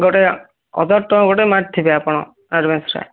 ଗୋଟେ ହଜାର ଟଙ୍କା ଗୋଟେ ମାରିଥିବେ ଆପଣ ଆଡ଼ଭାନ୍ସଟା